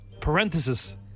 Parenthesis